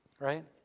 Right